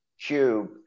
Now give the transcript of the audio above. cube